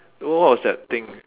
what was that thing